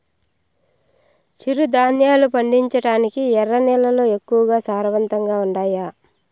చిరుధాన్యాలు పండించటానికి ఎర్ర నేలలు ఎక్కువగా సారవంతంగా ఉండాయా